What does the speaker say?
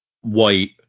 White